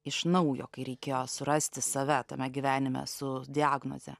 iš naujo kai reikėjo surasti save tame gyvenime su diagnoze